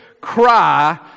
cry